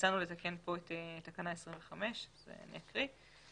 הצענו לתקן את תקנה 25 ואני אקריא אותה.